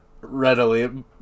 readily